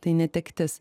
tai netektis